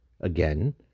again